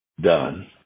done